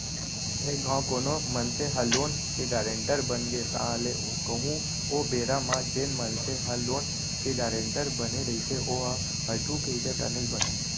एक घांव कोनो मनसे ह लोन के गारेंटर बनगे ताहले कहूँ ओ बेरा म जेन मनसे ह लोन के गारेंटर बने रहिथे ओहा हटहू कहिथे त नइ बनय